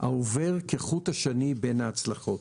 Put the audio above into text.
העובר כחוט השני בין ההצלחות.